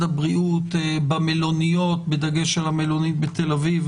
הבריאות במלוניות בדגש על המלונית בתל אביב